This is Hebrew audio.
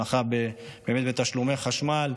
הנחה בתשלומי חשמל,